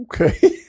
Okay